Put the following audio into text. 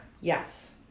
Yes